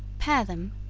pare them,